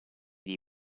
dei